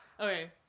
Okay